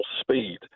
speed